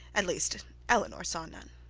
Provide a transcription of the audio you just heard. at least eleanor saw none,